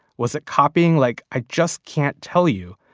was it copying? like i just can't tell you.